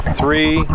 three